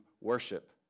worship